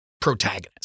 protagonist